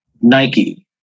Nike